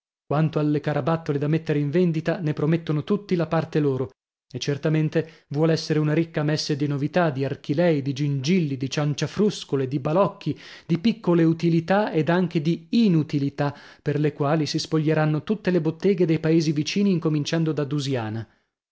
quanto alle carabattole da mettere in vendita ne promettono tutti la parte loro e certamente vuol essere una ricca mèsse di novità di archilèi di gingilli di cianciafruscole di balocchi di piccole utilità ed anche di inutilità per le quali si spoglieranno tutte le botteghe dei paesi vicini incominciando da dusiana